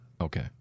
Okay